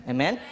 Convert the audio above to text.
Amen